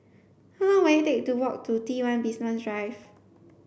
how long will it take to walk to T one Basement Drive